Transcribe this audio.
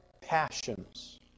passions